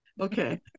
Okay